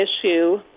issue